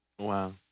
Wow